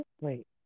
wait